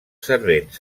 servents